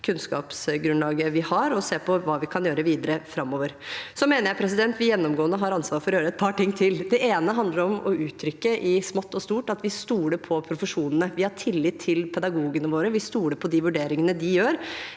og se på hva vi kan gjøre videre framover. Så mener jeg at vi gjennomgående har ansvar for å gjøre et par ting til. Det ene handler om å uttrykke i smått og stort at vi stoler på profesjonene, vi har tillit til pedagogene våre, og vi stoler på de vurderingene de gjør.